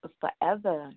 forever